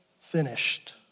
finished